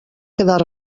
quedar